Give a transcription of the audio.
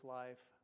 life